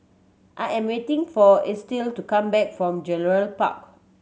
I am waiting for Estill to come back from Gerald Park